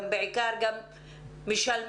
הם בעיקר גם משלמים,